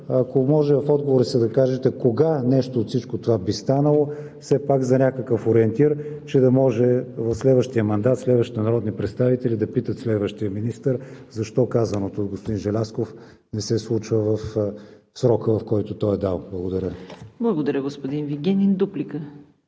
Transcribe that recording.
Ако може в отговора си да кажете кога нещо от всичко това би станало – все пак за някакъв ориентир, че да може в следващия мандат следващите народни представители да питат следващия министър защо казаното от господин Желязков не се случва в срока, който той е дал. Благодаря. ПРЕДСЕДАТЕЛ ЦВЕТА КАРАЯНЧЕВА: Благодаря, господин Вигенин. Дуплика?